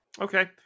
Okay